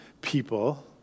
people